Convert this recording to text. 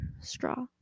straw